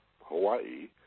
Hawaii